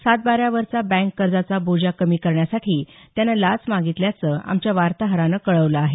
सातबाऱ्यावरचा bank कर्जाचा बोजा कमी करण्यासाठी त्यानं लाच मागितल्याचं आमच्या वार्ताहरानं कळवलं आहे